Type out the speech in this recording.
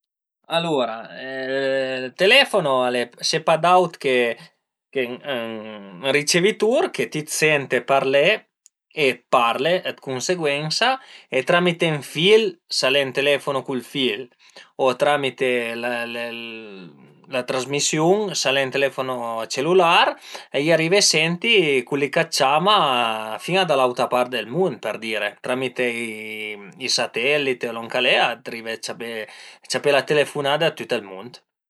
Alura ël telefono al e, se pa d'aut che ën ricevitur che ti sente parlé e parle dë cunseguensa e tramite ën fil s'al e ën telefono cun ël fil o tramite la trasmisiun s'al e ën telefono cellular a i arive a senti cul li ch'a të ciama fin da l'auta part dël mund per dire, tramite i satelliti o lon ch'al e, ti arive a ciapé la telefunada da tüt ël mund